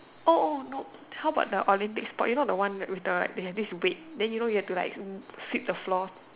oh oh no how about the Olympic sports you know the one with the they have this weight then you know you have to like sweep the floor